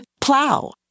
PLOW